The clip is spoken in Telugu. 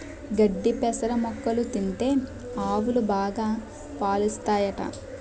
గడ్డి పెసర మొక్కలు తింటే ఆవులు బాగా పాలుస్తాయట